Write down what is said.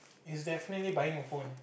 is definitely buying a phone